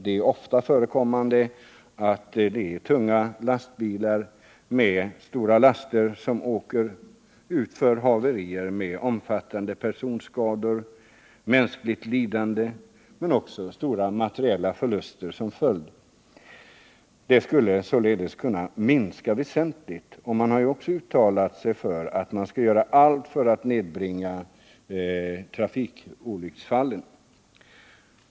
Det förekommer ofta att lastbilar med tunga laster råkar ut för haverier med omfattande personskador och mänskligt lidande men också stora materiella förluster som följd. Dessa olyckor skulle kunna nedbringas väsentligt. Vi har uttalat oss för att vi skall göra allt vad som är möjligt för att nedbringa trafikolyckorna.